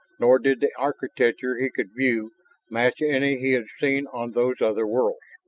nor did the architecture he could view match any he had seen on those other worlds.